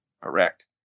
Correct